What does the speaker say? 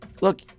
Look